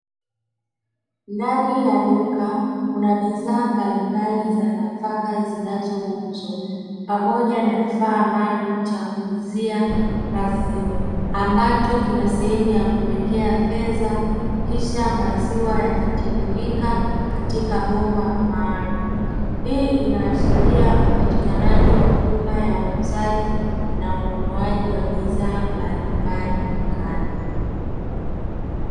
Ndani ya duka kuna bidhaa mbalimbali za nafaka zinazouzwa pamoja na kifaa maalumu cha kuuzia maziwa ambacho kina sehemu ya kuwekea fedha kisha maziwa yakatiririka katika bomba maalumu. Hii inaashiria upatikanaji wa huduma ya ununuaji na uuzaji wa bidhaa mbalimbali dukani.